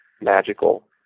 magical